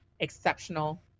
exceptional